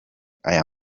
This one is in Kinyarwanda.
aya